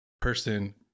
person